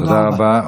תודה רבה.